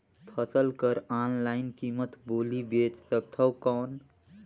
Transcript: फसल कर ऑनलाइन कीमत बोली बेच सकथव कौन?